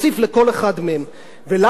ולמה אנחנו בוחרים בדרך הזאת?